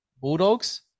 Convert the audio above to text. Bulldogs